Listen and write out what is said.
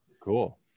Cool